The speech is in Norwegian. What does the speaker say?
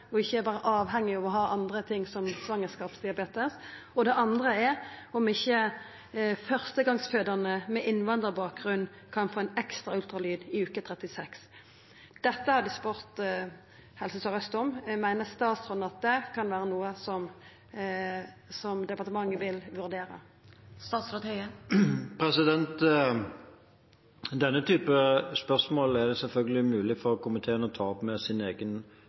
å ha andre diagnosar òg, som svangerskapsdiabetes. Det andre er om ikkje førstegongsfødande med innvandrarbakgrunn kan få ei ekstra ultralydundersøking i veke 36. Dette har dei spurt Helse Sør-Aust om. Meiner statsråden at det kan vera noko som departementet vil vurdera? Denne typen spørsmål er det selvfølgelig mulig for komiteen å ta opp med sin